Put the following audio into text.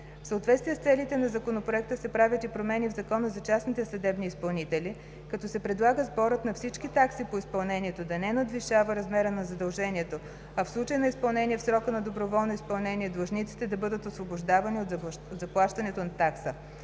В съответствие с целите на Законопроекта се правят и промени в Закона за частните съдебни изпълнители, като се предлага сборът на всички такси по изпълнението да не надвишава размера на задължението, а в случай на изпълнение в срока на доброволно изпълнение длъжниците да бъдат освобождавани от заплащането на такса.